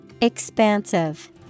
EXPANSIVE